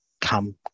Come